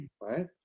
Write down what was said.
right